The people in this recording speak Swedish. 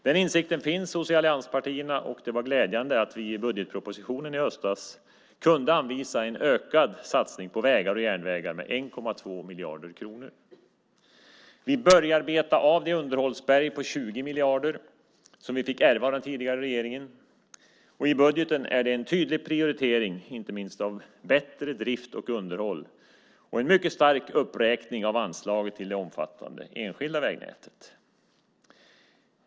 Den insikten finns hos allianspartierna, och det var glädjande att vi i budgetpropositionen i höstas kunde anvisa en ökad satsning på vägar och järnvägar med 1,2 miljarder kronor. Vi börjar beta av det underhållsberg på 20 miljarder som vi fick ärva av den tidigare regeringen. I budgeten är det en tydlig prioritering, inte minst av bättre drift och underhåll, och en mycket stark uppräkning av anslaget till det omfattande enskilda vägnätet.